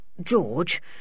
George